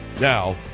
now